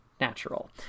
natural